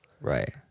Right